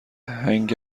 هنگ